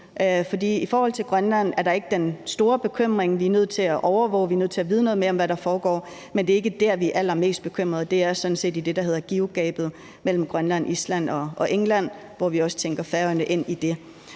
I forhold til Grønland er der ikke den store bekymring. Vi er nødt til at overvåge, vi er nødt til at vide noget mere om, hvad der foregår, men det er ikke der, vi er allermest bekymret. Det er sådan set i det, der hedder GIUK-gabet, mellem Grønland, Island og England, hvor vi også tænker Færøerne ind. Så det